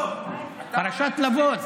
פרשת לבון.